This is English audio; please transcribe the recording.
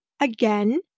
again